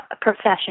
profession